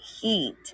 heat